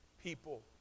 people